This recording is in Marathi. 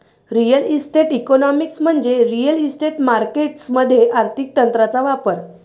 रिअल इस्टेट इकॉनॉमिक्स म्हणजे रिअल इस्टेट मार्केटस मध्ये आर्थिक तंत्रांचा वापर